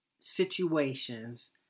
situations